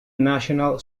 national